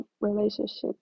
relationships